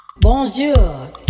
Bonjour